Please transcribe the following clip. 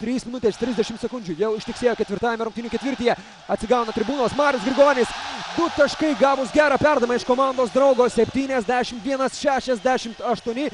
trys minutės trisdešim sekundžių jau ištiksėjo ketvirtajame rungtynių ketvirtyje atsigauna tribūnos marius grigonis du taškai gavus gerą perdavimą iš komandos draugo septyniasdešim vienas šešiasdešim aštuoni